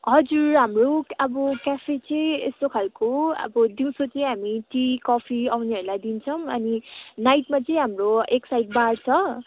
हजुर हाम्रो अब क्याफे चाहिँ यस्तो खालको अब दिउँसो चाहिँ हामी टी कफी आउनेहरूलाई दिन्छौँ अनि नाइटमा चाहिँ हाम्रो एक साइड बार छ